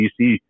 DC